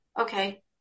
Okay